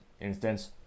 instance